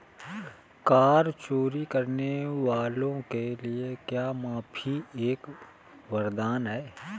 कर चोरी करने वालों के लिए कर माफी एक वरदान है